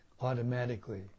automatically